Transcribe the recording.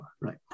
right